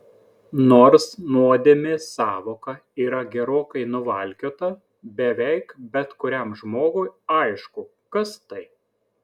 nors nuodėmės sąvoka yra gerokai nuvalkiota beveik bet kuriam žmogui aišku kas tai